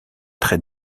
très